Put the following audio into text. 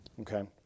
Okay